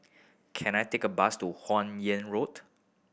can I take a bus to Huan Yeng Road